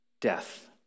death